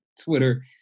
Twitter